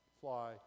fly